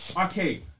okay